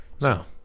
No